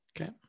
Okay